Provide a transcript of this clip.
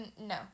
No